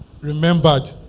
remembered